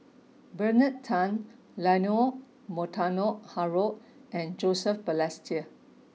Bernard Tan Leonard Montague Harrod and Joseph Balestier